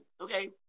okay